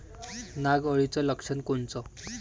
नाग अळीचं लक्षण कोनचं?